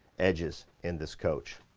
edges in this coach.